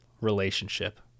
relationship